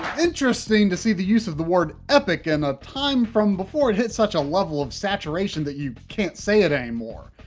interesting to see the use of the word epic in a time from before it hit such a level of saturation that you can't say it anymore.